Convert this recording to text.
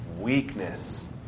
weakness